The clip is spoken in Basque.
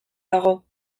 dago